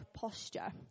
posture